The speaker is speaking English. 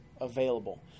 available